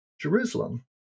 Jerusalem